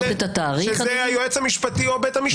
שזה היועץ המשפטי או בית המשפט.